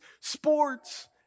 sports